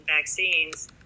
vaccines